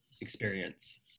experience